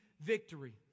victory